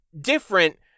different